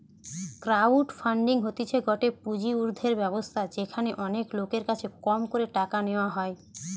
crowd funding হতিছে গটে পুঁজি উর্ধের ব্যবস্থা যেখানে অনেক লোকের কাছে কম করে টাকা নেওয়া হয়